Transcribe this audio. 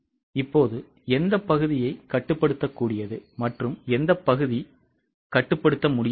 இப்போது எந்த பகுதியை கட்டுப்படுத்தக்கூடியது மற்றும் எந்த பகுதி கட்டுப்படுத்த முடியாதது